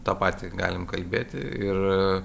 tą patį galim kalbėti ir